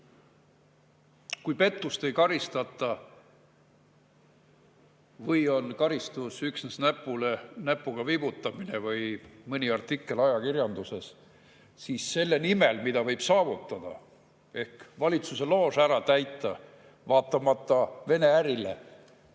Kui pettust ei karistata või on karistus üksnes näpuga vibutamine või mõni artikkel ajakirjanduses, siis selle nimel, mida võib saavutada ehk et valitsuse loož ära täita, vaatamata Vene ärile,